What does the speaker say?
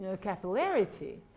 capillarity